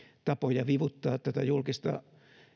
tapoja vivuttaa tätä julkista